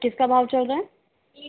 किसका भाव चल रहा है